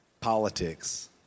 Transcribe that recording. politics